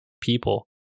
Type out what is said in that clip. people